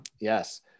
Yes